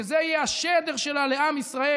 שזה יהיה השדר שלה לעם ישראל,